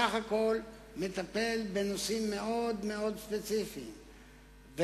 הוא בסך הכול מטפל בנושאים ספציפיים מאוד.